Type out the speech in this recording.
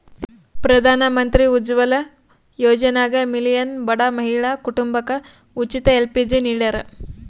ಪ್ರಧಾನಮಂತ್ರಿ ಉಜ್ವಲ ಯೋಜನ್ಯಾಗ ಮಿಲಿಯನ್ ಬಡ ಮಹಿಳಾ ಕುಟುಂಬಕ ಉಚಿತ ಎಲ್.ಪಿ.ಜಿ ನಿಡ್ಯಾರ